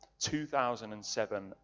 2007